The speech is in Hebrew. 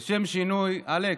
לשם שינוי, אלכס,